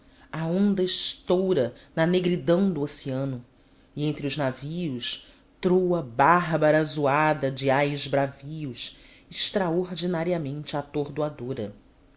a onda estoura na negridão do oceano e entre os navios troa bárbara zoada de ais bravios extraordinariamente atordoadora à